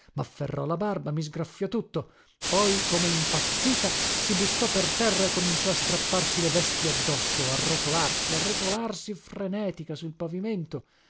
mafferrò la barba mi sgraffiò tutto poi come impazzita si buttò per terra e cominciò a strapparsi le vesti addosso a rotolarsi a rotolarsi frenetica sul pavimento